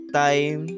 time